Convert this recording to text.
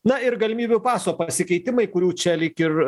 na ir galimybių paso pasikeitimai kurių čia lyg ir